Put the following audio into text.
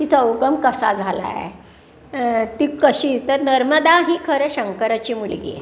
तिचा उगम कसा झाला आहे ती कशी तर नर्मदा ही खरं शंकराची मुलगी आहे